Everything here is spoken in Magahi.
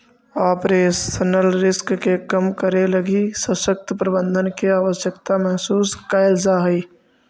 ऑपरेशनल रिस्क के कम करे लगी सशक्त प्रबंधन के आवश्यकता महसूस कैल जा हई